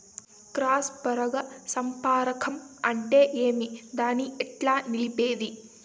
Cross పరాగ సంపర్కం అంటే ఏమి? దాన్ని ఎట్లా నిలిపేది?